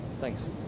Thanks